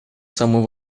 самый